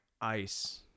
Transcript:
ice